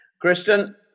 Kristen